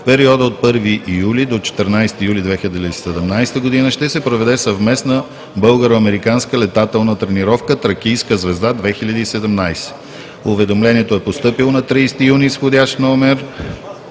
в периода от 1 до 14 юли 2017 г. ще се проведе съвместна българо-американска летателна тренировка „Тракийска звезда 2017“. Уведомлението е постъпило на 30 юни с вх.